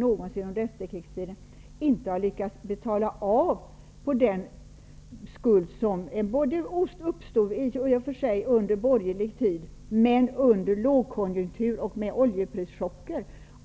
någonsin under efterkrigstiden inte lyckades betala av på den skuld som i och för sig uppstod när vi hade en borgerlig regering men som vi ådrog oss under en lågkonjuktur med oljeprischocker.